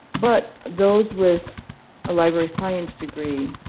but those with a library science degree,